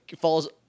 falls